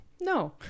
No